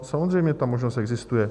No samozřejmě ta možnost existuje.